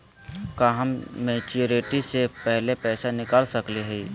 का हम मैच्योरिटी से पहले पैसा निकाल सकली हई?